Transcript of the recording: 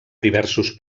diversos